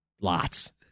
Lots